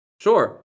Sure